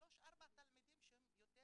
שלושה-ארבעה תלמידים שהם יותר